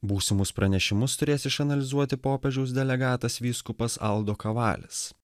būsimus pranešimus turės išanalizuoti popiežiaus delegatas vyskupas aldoka valis